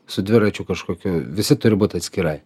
su dviračiu kažkokiu visi turi būt atskirai